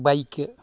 bike